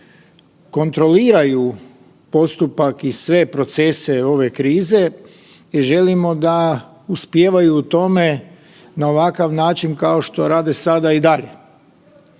kontroliraju postupak i sve procese ove krize i želimo da uspijevaju u tome na ovakav način kao što rade sada i dalje,